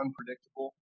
unpredictable